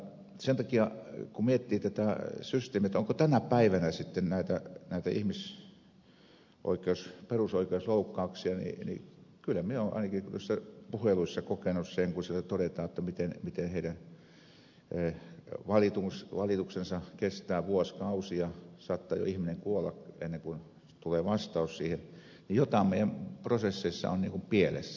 sen takia kun miettii tätä systeemiä onko tänä päivänä sitten näitä ihmisoikeus perusoikeusloukkauksia kyllä minä olen ainakin noissa puheluissa kokenut sen kun siellä todetaan miten heidän valituksensa kestävät vuosikausia saattaa jo ihminen kuolla ennen kuin tulee vastaus siihen jotta jotain meidän prosesseissamme on pielessä